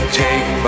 take